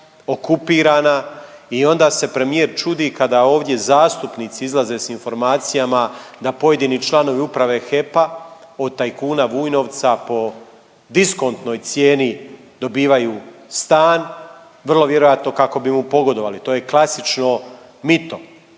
okupirana i onda se premijer čudi kada ovdje zastupnici izlaze s informacijama da pojedini članovi Uprave HEP-a od tajkuna Vujnovca po diskontnoj cijeni dobivaju stan vrlo vjerojatno kako bi mu pogodovali. To je klasično mito.